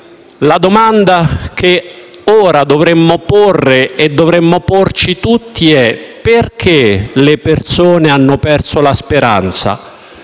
La domanda che ora dovremmo porre e porci tutti noi è: perché le persone hanno perso la speranza?